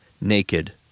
naked